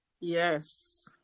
yes